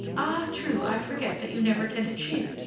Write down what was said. ah! true! i forget that you never tended sheep!